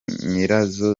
nyirazo